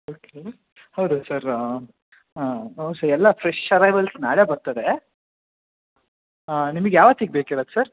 okay ಹೌದಾ sir ಹಾಂ sir ಎಲ್ಲ ಫ್ರಶ್ ಅರೈವಲ್ಸ್ ನಾಳೆ ಬರ್ತದೆ ನಿಮ್ಗೆ ಯಾವತ್ತಿಗೆ ಬೇಕಿರದು ಸರ್